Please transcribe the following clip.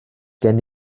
gen